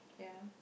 ya